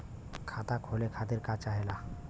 खाता खोले खातीर का चाहे ला?